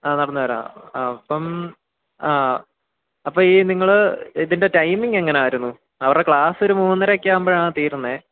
ആ നടന്നു വരാം ആ അപ്പം ആ അപ്പം ഈ നിങ്ങൾ ഇതിൻ്റെ ടൈമിംഗ് എങ്ങനെയായിരുന്നു അവരുടെ ക്ലാസ്സ് ഒരു മൂന്നരയൊക്കെ ആവുമ്പോഴാണ് തീരുന്നത്